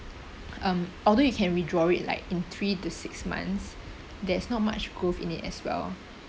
um although you can withdraw it like in three to six months there is not much growth in it as well